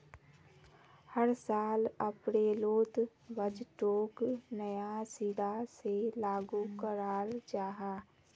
हर साल अप्रैलोत बजटोक नया सिरा से लागू कराल जहा